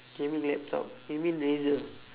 gaming laptop you mean razer